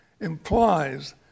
implies